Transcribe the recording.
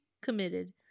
committed